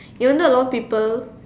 even though a lot of people